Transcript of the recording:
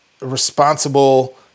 responsible